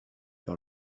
par